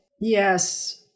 Yes